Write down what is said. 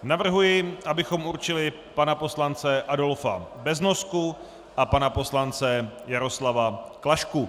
Navrhuji, abychom určili pana poslance Beznosku a pana poslance Jaroslava Klašku.